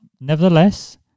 nevertheless